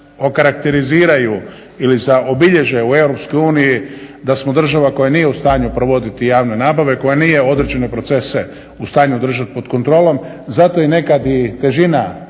nas okarakteriziraju ili obilježe u EU da smo država koja nije u stanju provoditi javne nabave, koja nije određene procese u stanju držati pod kontrolom. Zato je nekad i težina